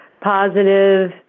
positive